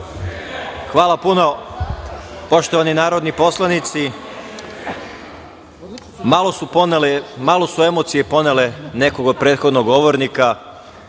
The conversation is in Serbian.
Hvala puno. Poštovani narodni poslanici malo su emocije ponele nekog od prethodnog govornika